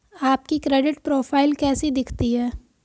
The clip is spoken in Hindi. आपकी क्रेडिट प्रोफ़ाइल कैसी दिखती है?